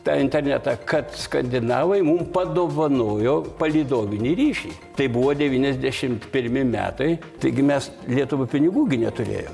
tą internetą kad skandinavai mum padovanojo palydovinį ryšį tai buvo devyniasdešimt pirmi metai taigi mes lietuvai pinigų gi neturėjom